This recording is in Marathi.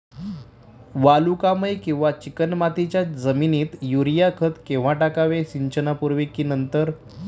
वालुकामय किंवा चिकणमातीच्या जमिनीत युरिया खत केव्हा टाकावे, सिंचनापूर्वी की नंतर?